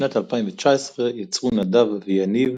בשנת 2019 יצרו נדב ויניב